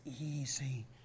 easy